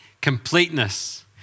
completeness